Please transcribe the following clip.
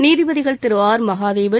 நீதிபதிகள் திரு ஆர் மகாதேவன்